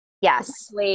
Yes